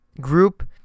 group